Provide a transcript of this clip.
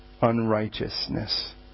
unrighteousness